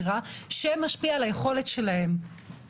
לשקף הרביעי שמציג את חברי השותפות